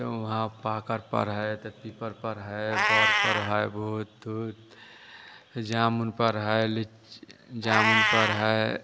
तो वहाँ पाकर पर है तो पीपल पर है बौर पर है भूत ऊत जामुन पर है लिची जामुन पर है